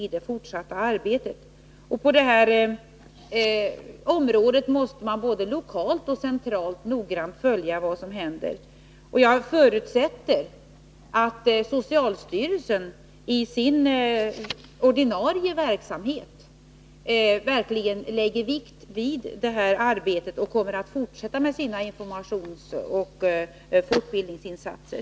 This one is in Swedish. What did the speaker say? På detta område måste man både lokalt och centralt noggrant följa vad som händer. Jag förutsätter att socialstyrelsen i sin ordinarie verksamhet verkligen lägger vikt vid detta arbete och fortsätter med sina informationsoch fortbildningsinsatser.